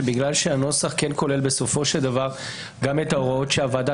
שבגלל שהנוסח כן כולל בסופו של דבר גם את ההוראות שהוועדה